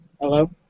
Hello